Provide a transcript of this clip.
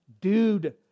dude